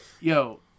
yo